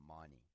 money